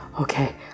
okay